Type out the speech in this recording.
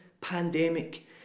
pandemic